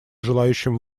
желающим